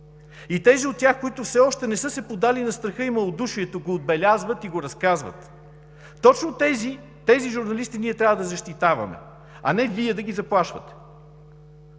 и тези от тях, които все още не са се поддали на страха и малодушието, го отбелязват и го разказват. Точно тези журналисти ние трябва да защитаваме, а не Вие да ги заплашвате.